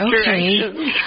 Okay